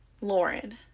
Lauren